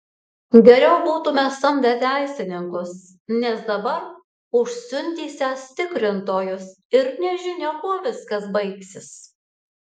geriau būtume samdę teisininkus nes dabar užsiundysiąs tikrintojus ir nežinia kuo viskas baigsis